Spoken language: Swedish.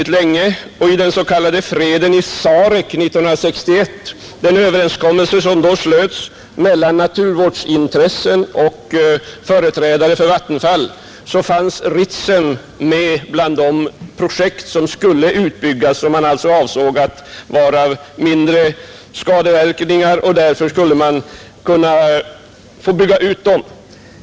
I den överenskommelse som vid den s.k. freden i Sarek 1961 slöts mellan naturvårdsintressen och företrädare för Vattenfall fanns Ritsem med bland de projekt som skulle utbyggas och som man alltså ansåg skulle medföra mindre skadeverkningar.